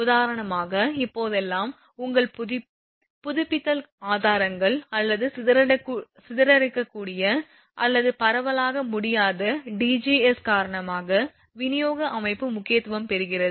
உதாரணமாக இப்போதெல்லாம் உங்கள் புதுப்பித்தல் ஆதாரங்கள் அல்லது சிதறக்கூடிய அல்லது பரவலாக்க முடியாத DGs காரணமாக விநியோக அமைப்பு முக்கியத்துவம் பெறுகிறது